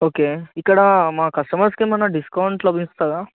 okay ఇక్కడ మా కస్టమర్స్కి ఏమైనా డిస్కౌంట్ లభిస్తుందా